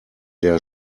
der